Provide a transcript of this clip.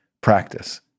Practice